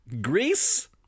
Greece